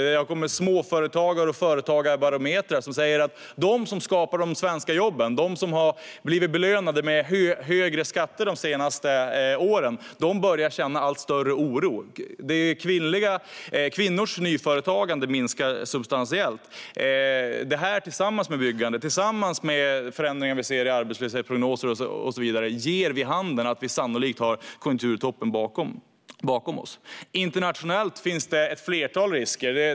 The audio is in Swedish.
Det har kommit småföretagar och företagarbarometrar som säger att de som skapar de svenska jobben, de som har blivit belönade med högre skatter de senaste åren, börjar känna allt större oro. Kvinnors nyföretagande minskar substantiellt. Detta tillsammans med byggandet, förändringar som vi ser i arbetslöshetsprognoser och så vidare ger vid handen att vi sannolikt har konjunkturtoppen bakom oss. Internationellt finns det ett flertal risker.